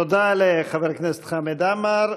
תודה לחבר הכנסת חמד עמאר.